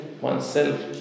oneself